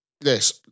yes